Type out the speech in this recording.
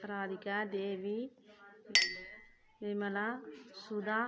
Radhika Devi Vimala Sudha